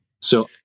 So-